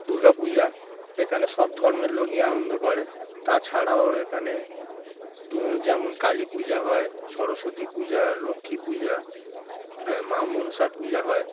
দুর্গাপূজা এখানে সব ধর্মের লোকই আনন্দ করে তাছাড়াও এখানে দূ যেমন কালী পূজা হয় সরস্বতী পূজা লক্ষ্মী পূজা হ্যাঁ মা মনসার পূজা হয়